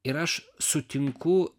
ir aš sutinku